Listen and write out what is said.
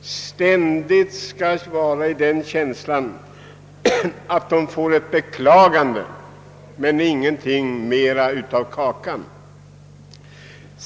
ständigt bara skall få ett beklagande men ingenting mer av kakan.